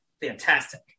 fantastic